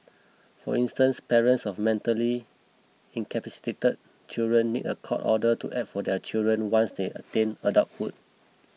for instance parents of mentally incapacitated children need a court order to act for their children once they attain adulthood